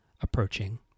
approaching